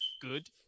good